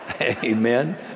Amen